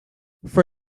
for